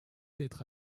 d’être